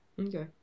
okay